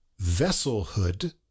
vesselhood